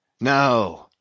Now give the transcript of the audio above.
NO